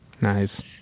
Nice